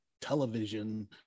television